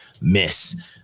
miss